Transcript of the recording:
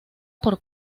por